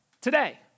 today